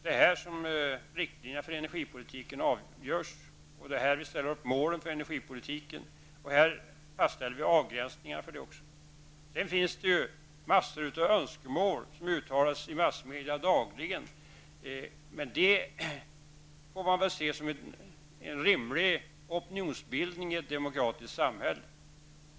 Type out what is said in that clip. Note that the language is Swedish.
Det är här som riktlinjerna för energipolitiken avgörs, och det är här som målen ställs upp för energipolitiken. Här fastställs också avgränsningarna. Sedan finns det massor av önskemål som uttalas i massmedia dagligen. Men det får man väl se som en rimlig opinionsbildning i ett demokratiskt samhälle.